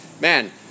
man